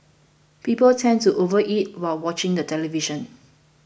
people tend to overeat while watching the television